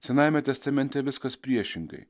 senajame testamente viskas priešingai